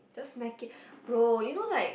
just smack it bro you know like